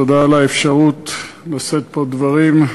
תודה על האפשרות לשאת פה דברים,